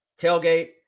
Tailgate